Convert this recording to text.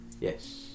Yes